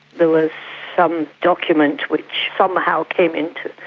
there was some document which somehow came into,